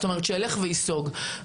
שילך וייסוג.